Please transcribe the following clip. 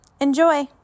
Enjoy